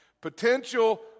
Potential